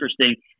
interesting